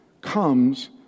comes